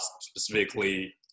specifically